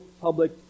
public